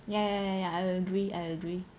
ya ya ya ya I agree I agree